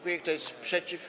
Kto jest przeciw?